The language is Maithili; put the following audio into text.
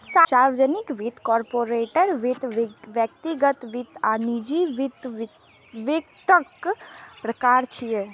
सार्वजनिक वित्त, कॉरपोरेट वित्त, व्यक्तिगत वित्त आ निजी वित्त वित्तक प्रकार छियै